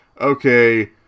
okay